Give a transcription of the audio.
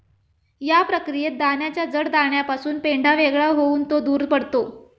या प्रक्रियेत दाण्याच्या जड दाण्यापासून पेंढा वेगळा होऊन तो दूर पडतो